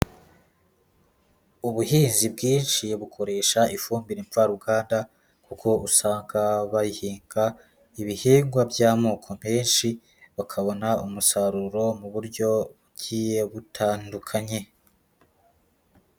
Ubuhinzi bwinshi bukoresha ifumbire mvaruganda, kuko usanga bayihinga ibihingwa by'amoko meshi, bakabona umusaruro mu buryo bugiye butandukanye.